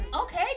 Okay